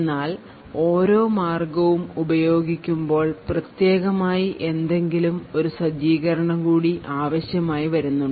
എന്നാൽ ഓരോ മാർഗവും ഉപയോഗിക്കുമ്പോൾ പ്രത്യേകമായി എന്തെങ്കിലും ഒരു സജ്ജീകരണം കൂടി ആവശ്യമായി വരുന്നുണ്ട്